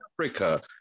Africa